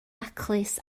daclus